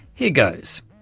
here goes,